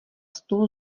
stůl